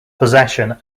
possession